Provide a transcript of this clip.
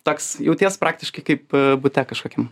toks jauties praktiškai kaip bute kažkokiam